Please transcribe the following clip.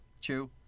Chew